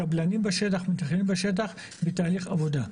קבלנים בשטח, מתכננים בשטח, בתהליך עבודה.